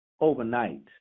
overnight